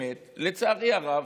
לצערי הרב,